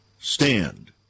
stand